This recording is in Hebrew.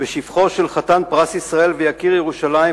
בשבחו של חתן פרס ישראל ויקיר ירושלים,